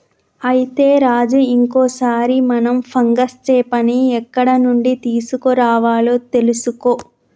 అయితే రాజు ఇంకో సారి మనం ఫంగస్ చేపని ఎక్కడ నుండి తీసుకురావాలో తెలుసుకో